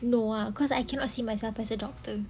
no ah cause I cannot see myself as a doctor